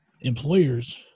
employers